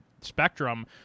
spectrum